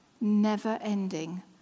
never-ending